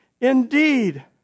indeed